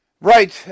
Right